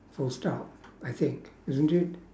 full stop I think isn't it